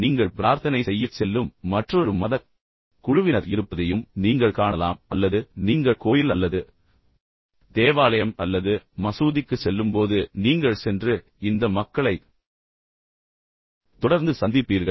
நீங்கள் உண்மையில் பிரார்த்தனை செய்யச் செல்லும் மற்றொரு மதக் குழுவினர் இருப்பதையும் நீங்கள் காணலாம் அல்லது நீங்கள் கோயில் அல்லது தேவாலயம் அல்லது மசூதிக்குச் செல்லும்போது நீங்கள் சென்று இந்த மக்களைத் தொடர்ந்து சந்திப்பீர்கள்